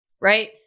right